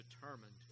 determined